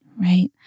Right